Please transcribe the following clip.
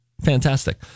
fantastic